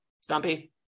Stumpy